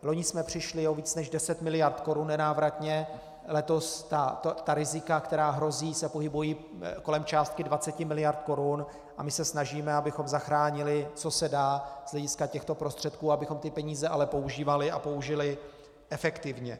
Loni jsme přišli o více než 10 mld. korun nenávratně, letos se rizika, která hrozí, pohybují kolem částky 20 mld. korun a my se snažíme, abychom zachránili, co se dá z hlediska těchto prostředků, abychom ty peníze ale používali a použili efektivně.